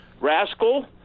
Rascal